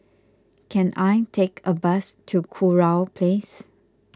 can I take a bus to Kurau Place